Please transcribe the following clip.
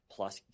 Plus